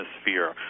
atmosphere